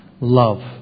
love